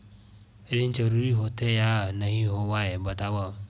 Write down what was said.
ऋण जरूरी होथे या नहीं होवाए बतावव?